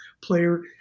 player